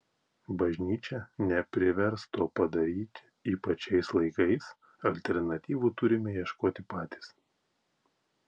bažnyčia neprivers to padaryti ypač šiais laikais alternatyvų turime ieškoti patys